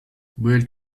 build